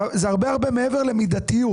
זה הרבה הרבה מעבר למידתיות.